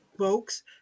folks